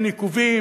אין עיכובים,